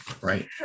Right